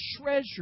treasure